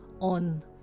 on